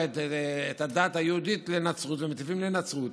את הדת היהודית לנצרות ומטיפים לנצרות.